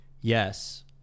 Yes